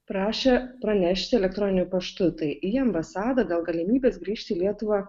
prašė pranešti elektroniniu paštu tai į ambasadą dėl galimybės grįžti lietuvą